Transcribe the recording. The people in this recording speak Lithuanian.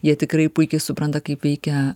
jie tikrai puikiai supranta kaip veikia